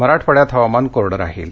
मराठवाड्यात हवामान कोरडं राहील